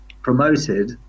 promoted